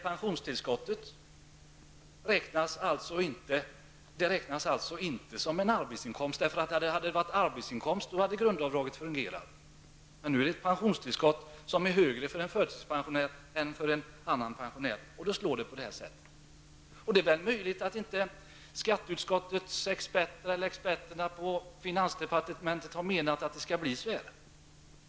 Pensionstillskottet räknas alltså inte som någon arbetsinkomst, för i så fall hade man varit berättigad till att göra grundavdrag. Pensionstillskottet är högre för en förtidspensionär än för en vanlig pensionär, och därför slår det så här fel. Det är möjligt att inte skatteutskottets experter eller experterna på finansdepartementet hade avsett denna effekt.